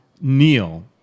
Neil